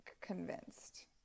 convinced